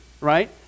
right